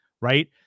Right